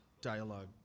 dialogue